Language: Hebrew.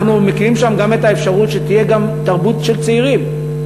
אנחנו מקימים שם גם את האפשרות שתהיה תרבות של צעירים.